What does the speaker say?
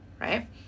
right